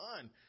fun